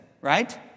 Right